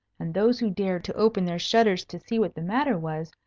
and those who dared to open their shutters to see what the matter was,